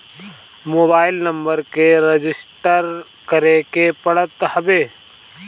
mobile number के register करे के पड़त हवे